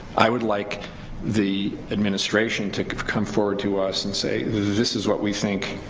i would like the administration to come forward to us and say this is what we think